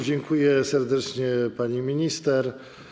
Dziękuję serdecznie, pani minister.